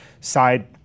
side